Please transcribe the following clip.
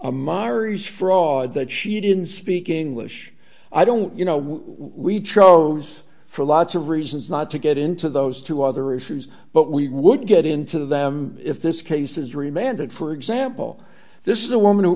a mari's fraud that she didn't speak english i don't you know we chose for lots of reasons not to get into those two other issues but we would get into them if this case has remained at for example this is a woman who